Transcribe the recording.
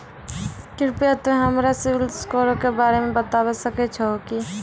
कृपया तोंय हमरा सिविल स्कोरो के बारे मे बताबै सकै छहो कि?